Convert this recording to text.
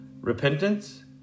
repentance